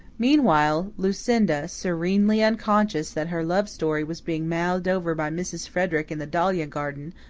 meanwhile, lucinda, serenely unconscious that her love story was being mouthed over by mrs. frederick in the dahlia garden,